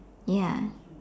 ya